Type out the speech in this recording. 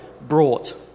brought